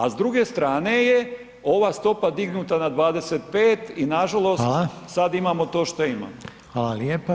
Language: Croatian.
A s druge strane je ova stopa dignuta na 25 i nažalost, sad imamo to što imamo.